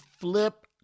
flip